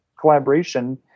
collaboration